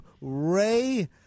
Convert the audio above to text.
Ray